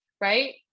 right